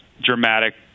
dramatic –